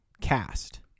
cast